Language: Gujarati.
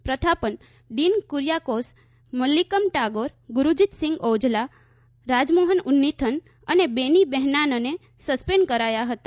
પ્રથાપન ડીન કુરિયાકોસ મલિક્કમ ટાગોર ગુરજીતસિંઘ ઔજલા રાજમોહન ઉન્નીથન અને બેની બેહનાનને સસ્પેન્ડ કરાયા હતા